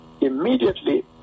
immediately